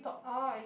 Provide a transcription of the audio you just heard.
orh you